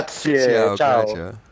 Ciao